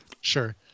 Sure